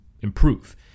improve